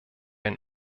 ein